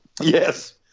Yes